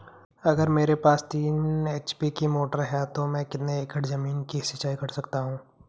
अगर मेरे पास तीन एच.पी की मोटर है तो मैं कितने एकड़ ज़मीन की सिंचाई कर सकता हूँ?